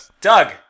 Doug